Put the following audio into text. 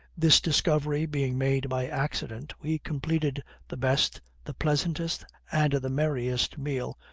this discovery being made by accident, we completed the best, the pleasantest, and the merriest meal,